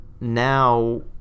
now